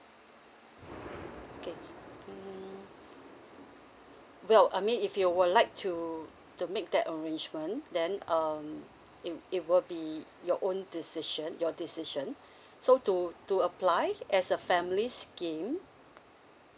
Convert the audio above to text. okay well I mean if you would like to to make that arrangement then um it it will be your own decision your decision so to to apply as a family scheme